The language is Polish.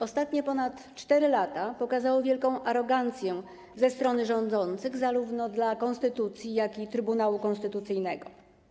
Ostatnie ponad 4 lata pokazały wielką arogancję ze strony rządzących zarówno w stosunku do konstytucji, jak i Trybunału Konstytucyjnego.